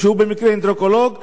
שהוא במקרה אנדוקרינולוג,